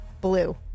blue